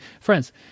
friends –